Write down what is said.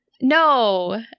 No